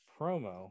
promo